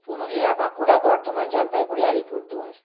Purulia Bankura Bardhaman Jalpaiguri Alipurduar